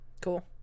Cool